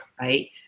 Right